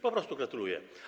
Po prostu gratuluję.